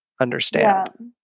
understand